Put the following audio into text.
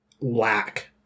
lack